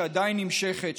שעדיין נמשכת,